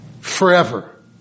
Forever